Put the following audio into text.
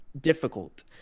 difficult